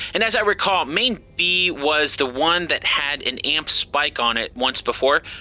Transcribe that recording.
and as i recall, main b was the one that had an amp spike on it once before.